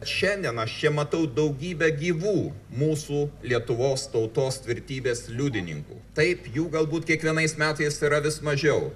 šiandien aš čia matau daugybę gyvų mūsų lietuvos tautos tvirtybės liudininkų taip jų galbūt kiekvienais metais yra vis mažiau